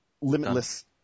Limitless